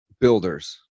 builders